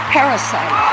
Parasite